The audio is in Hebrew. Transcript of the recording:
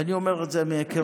ואני אומר את זה מהיכרות